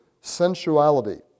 sensuality